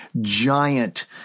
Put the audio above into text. giant